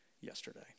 yesterday